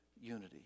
unity